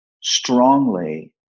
strongly